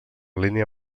línia